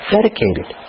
Dedicated